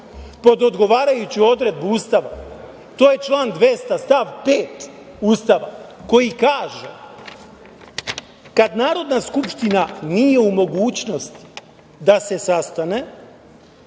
pod odgovarajuću odredbu Ustava. To je član 200. stav 5. Ustava koji kaže: „Kad Narodna skupština nije u mogućnosti da se sastane,